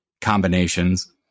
combinations